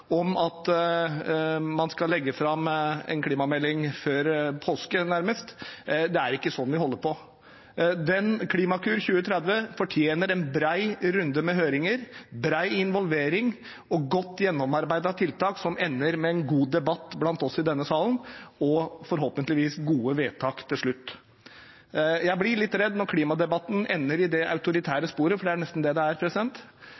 om at man skal legge fram en klimamelding før påske, nærmest. Det er ikke sånn vi holder på. Klimakur 2030 fortjener en bred runde med høringer, bred involvering og godt gjennomarbeidede tiltak, som ender med en god debatt blant oss i denne salen og forhåpentligvis gode vedtak til slutt. Jeg blir litt redd når klimadebatten ender i det autoritære sporet, for det er